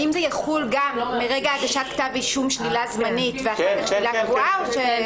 האם זה יחול גם מרגע הגשת כתב אישום שלילה זמנית ואחר כך שלילה קבועה?